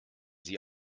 sie